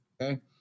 Okay